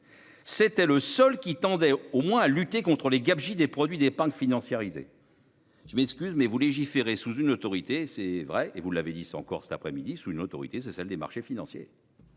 C'était le seul qui tendait au moins à lutter contres les gabegies des produits d'épargne financiarisé. Je m'excuse mais vous légiférer sous une autorité c'est vrai et vous l'avez dit en Corse l'après-midi sous une autorité sa salle des marchés financiers.